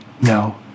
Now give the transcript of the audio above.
No